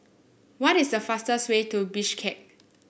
what is the fastest way to Bishkek